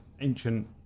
ancient